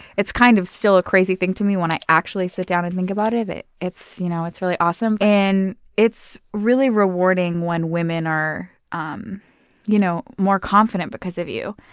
it's kind of still a crazy thing to me, when i actually sit down and think about it. it's you know it's really awesome. and it's really rewarding when women are um you know more confident because of you.